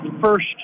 first